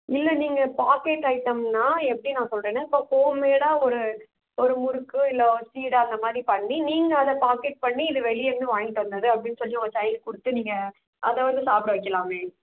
இல்லை நீங்கள் பாக்கெட் ஐட்டம்னால் எப்படி நான் சொல்லுறேன்னா இப் ஹோம்மேடாக ஒரு ஒரு முறுக்கு இல்லை ஒரு சீடை அந்த மாதிரி பண்ணி நீங்கள் அதை பாக்கெட் பண்ணி இது வெளியே இருந்து வாங்கிட்டு வந்தது அப்படின்னு சொல்லி உங்க சைல்டு கொடுத்து நீங்கள் அதை வந்து சாப்பிட வைக்கலாமே